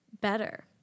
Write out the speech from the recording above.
better